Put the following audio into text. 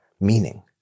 meaning